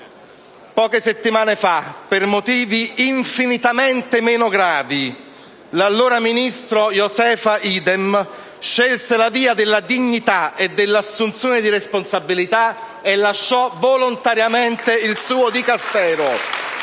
poche settimane fa, per motivi infinitamente meno gravi, l'allora ministro Josefa Idem scelse la via della dignità e dell'assunzione di responsabilità e lasciò volontariamente il suo Dicastero.